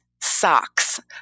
socks